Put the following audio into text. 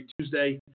Tuesday